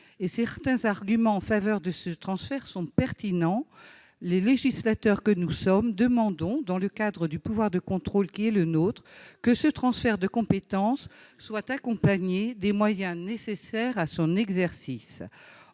et certains arguments en faveur de ce transfert sont pertinents, les législateurs que nous sommes demandent, dans le cadre du pouvoir de contrôle qui est le leur, que ce transfert de compétence soit accompagné des moyens nécessaires à son exercice.